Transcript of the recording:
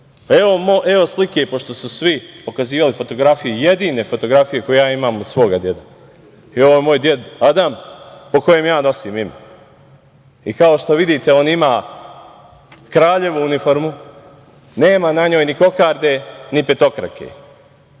Evo slike, pošto su svi pokazivali fotografije, jedine fotografije koju ja imam od svoga dede. Ovo je moj deda Adam, po kojem ja nosim ime. I kao što vidite, on ima kraljevu uniformu, nema na njoj ni kokarde, ni petokrake.